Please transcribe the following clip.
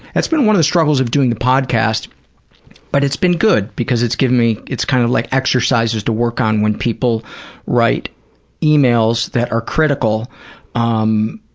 it's been one of the struggles of doing the podcast but it's been good because it's given me, it's kind of like exercises to work on when people write emails that are critical um